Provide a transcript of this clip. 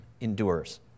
endures